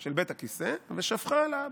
של בית הכיסא ושפכה על האבא,